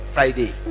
Friday